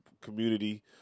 community